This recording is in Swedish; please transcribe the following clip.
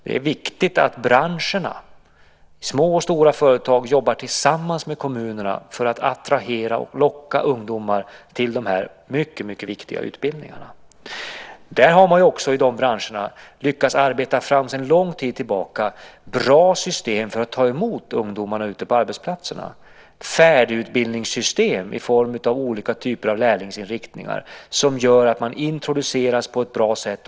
Det är viktigt att branscherna, små och stora företag, jobbar tillsammans med kommunerna för att attrahera och locka ungdomar till de här mycket viktiga utbildningarna. I dessa branscher har man också sedan lång tid tillbaka lyckats arbeta fram bra system för att ta emot ungdomarna ute på arbetsplatserna. Det finns färdigutbildningssystem i form av olika typer av lärlingsinriktningar som gör att man introduceras på ett bra sätt.